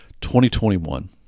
2021